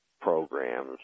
programs